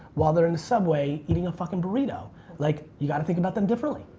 while they're in the subway, eating a fucking burrito like, you gotta think about them differently.